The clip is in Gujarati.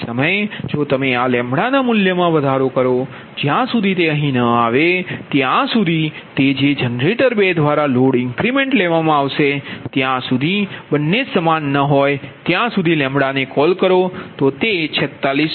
તે સમયે જો તમે ના મૂલ્ય મા વધારો કરો જ્યાં સુધી તે અહીં ન આવે ત્યાં સુધી તેથી જે જનરેટર 2 દ્વારા લોડ ઇન્ક્રીમેન્ટ લેવામાં આવશે જ્યાં સુધી બંને સમાન ન હોય ત્યાં સુધી કોલ કરો છો તે 46